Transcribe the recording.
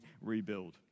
rebuild